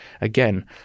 again